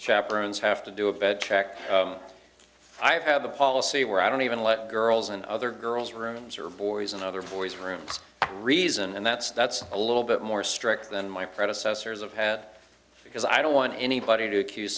chaperons have to do a bed check i have a policy where i don't even let girls and other girls rooms or boys and other boys rooms reason and that's that's a little bit more strict than my predecessors of had because i don't want anybody to accuse